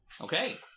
Okay